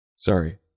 Sorry